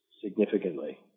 Significantly